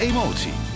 Emotie